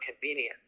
convenience